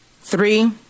Three